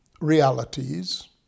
realities